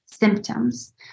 symptoms